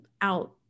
out